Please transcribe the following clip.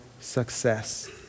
success